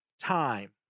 time